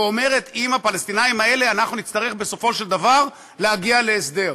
ואומרת: עם הפלסטינים האלה אנחנו נצטרך בסופו של דבר להגיע להסדר.